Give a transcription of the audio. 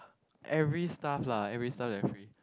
every stuff lah every stuff their free